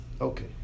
okay